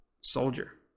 Soldier